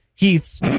Heath's